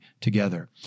together